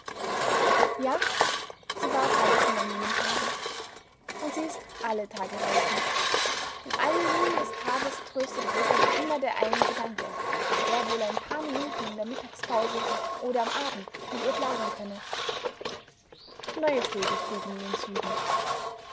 ja sie war reizend an jenem tage und sie ist alle tage reizend in allen mühen des tages tröstet robert immer der eine gedanke daß er wohl ein paar minuten in der mittagspause oder am abend mit ihr plaudern könne neue vögel fliegen gen süden